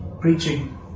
preaching